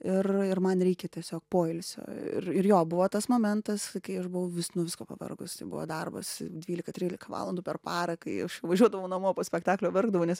ir ir man reikia tiesiog poilsio ir ir jo buvo tas momentas kai aš buvau vis nuo visko pavargus tai buvo darbas dvylika trylika valandų per parą kai aš važiuodavau namo po spektaklio verkdavau nes